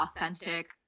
authentic